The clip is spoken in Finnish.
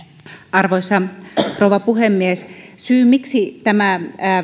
arvoisa rouva puhemies syy miksi tämä